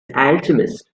alchemist